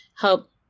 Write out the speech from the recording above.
help